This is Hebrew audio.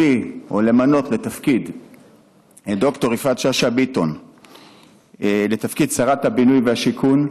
שלמנות את ד"ר יפעת שאשא ביטון לתפקיד שרת הבינוי והשיכון,